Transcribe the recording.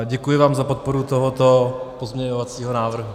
Děkuji vám za podporu tohoto pozměňovacího návrhu.